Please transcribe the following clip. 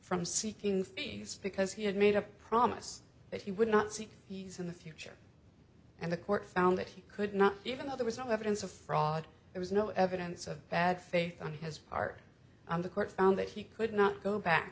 from seeking fees because he had made a promise that he would not seek peace in the future and the court found that he could not even though there was no evidence of fraud it was no evidence of bad faith on his part on the court found that he could not go back